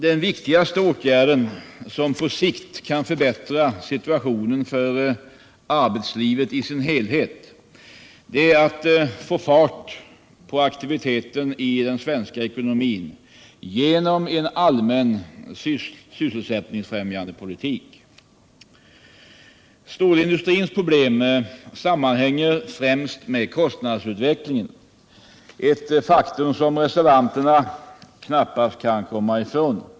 Den viktigaste åtgärd som på sikt kan förbättra situationen för arbetslivet i dess helhet är att få fart på aktiviteten i den svenska ekonomin genom en allmänt sysselsättningsfrämjande politik. Stålindustrins problem sammanhänger främst med kostnadsutvecklingen, ett faktum som reservanterna knappast kan komma ifrån.